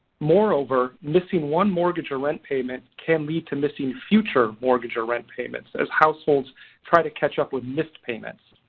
moreover missing one mortgage or rent payment can lead to missing future mortgage or rent payments as households try to catch up with missed payments.